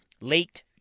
late